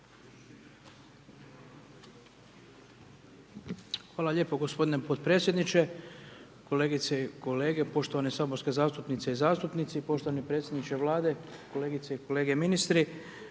Hvala lijepo gospodine podpredsjedniče, kolegice i kolege, poštovane saborske zastupnice i zastupnici, poštovani predsjedniče Vlade, kolegice i kolege ministri.